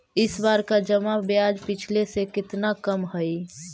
इस बार का जमा ब्याज पिछले से कितना कम हइ